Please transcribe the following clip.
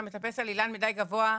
אתה מטפס על אילן גבוה מדי.